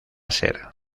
ser